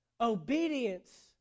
Obedience